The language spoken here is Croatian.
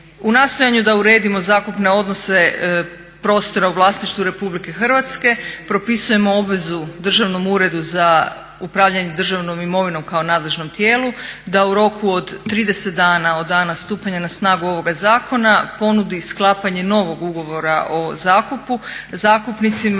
U nastojanju da uredimo zakupne odnose prostora u vlasništvu RH propisujemo obvezu Državnom uredu za upravljanje državnom imovinom kao nadležnom tijelu da u roku od 30 dana od dana stupanja na snagu ovoga zakona ponudi sklapanje novog ugovora o zakupu, zakupnicima